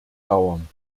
dauern